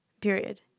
period